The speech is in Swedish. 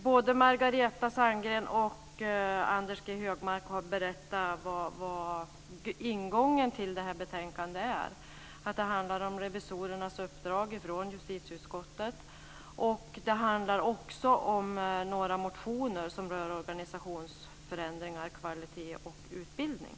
Både Margareta Sandgren och Anders G Högmark har berättat vilken ingången till betänkandet är. Det handlar om revisorernas uppdrag från justitieutskottet och om några motioner som berör organisationsförändringar, kvalitet och utbildning.